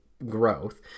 growth